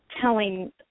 telling